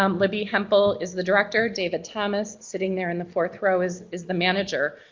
um libby hemphill is the director, david thomas sitting there in the fourth row is is the manager.